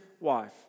wife